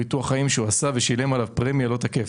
ביטוח החיים שהוא עשה ושילם עליו פרמיה לא תקף.